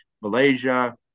Malaysia